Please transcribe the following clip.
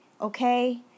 okay